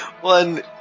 One